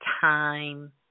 time